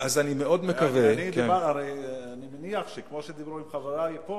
אני מאוד מקווה --- הרי אני מניח שכמו שדיברו עם חברי פה,